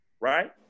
right